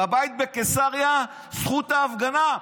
בבית בקיסריה, זכות ההפגנה,